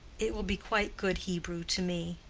it will be quite good hebrew to me.